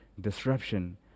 Disruption